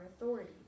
authority